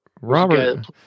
Robert